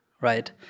right